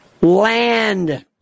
Land